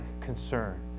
concern